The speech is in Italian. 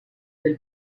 del